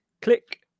click